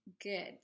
good